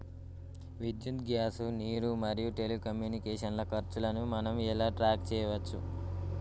విద్యుత్ గ్యాస్ నీరు మరియు టెలికమ్యూనికేషన్ల ఖర్చులను మనం ఎలా ట్రాక్ చేయచ్చు?